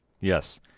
Yes